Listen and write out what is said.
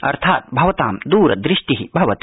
अर्थात् भवतां द्रदृष्टि भवति